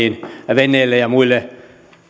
veneille ja muille